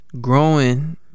Growing